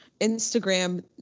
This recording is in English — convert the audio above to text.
Instagram